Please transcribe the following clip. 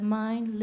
mind